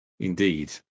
Indeed